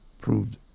proved